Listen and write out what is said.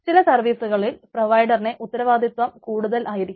ചില സർവീസുകളിൽ പ്രൊവയിഡറിന്റെ ഉത്തരവാദിത്തം കൂടുതൽ ആയിരിക്കും